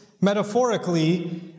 metaphorically